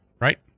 right